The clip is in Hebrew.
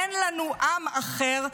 אין לנו עם אחר,